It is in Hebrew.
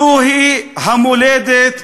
זוהי המולדת שלנו,